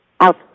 out